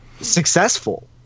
successful